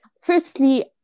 Firstly